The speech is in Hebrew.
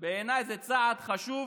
שבעיניי זה צעד חשוב,